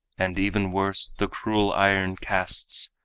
and, even worse, the cruel iron castes,